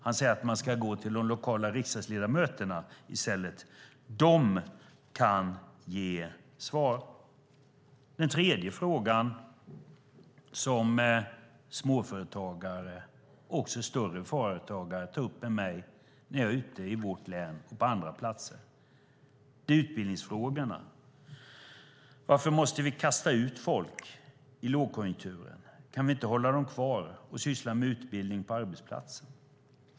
Han säger att man i stället ska vända sig till de lokala riksdagsledamöterna. De kan ge svar. Småföretagare och större företagare tar upp en tredje fråga med mig när jag är ute på besök i mitt län och på andra platser, nämligen utbildningsfrågan. Varför måste man kasta ut folk i lågkonjunkturen? Kan de inte hållas kvar och utbildas på arbetsplatsen?